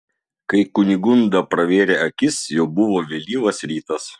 kai kunigunda pravėrė akis jau buvo vėlyvas rytas